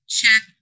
check